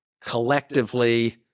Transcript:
collectively